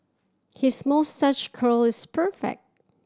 his moustache curl is perfect